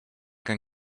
can